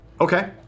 Okay